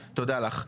אוקי, תודה שולי נזר.